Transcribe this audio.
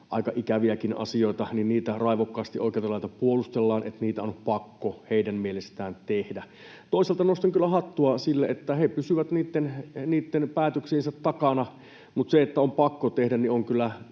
aika ikäviäkin asioita. Niitä raivokkaasti oikealta laidalta puolustellaan, että niitä on pakko heidän mielestään tehdä. Toisaalta nostan kyllä hattua sille, että he pysyvät niitten päätöksiensä takana, mutta se, että on pakko tehdä, on kyllä